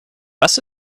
was